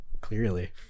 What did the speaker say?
Clearly